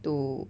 to